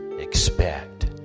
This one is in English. expect